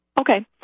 Okay